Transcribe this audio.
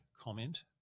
comment